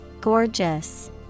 GORGEOUS